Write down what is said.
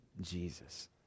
Jesus